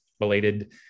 related